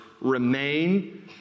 remain